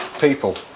people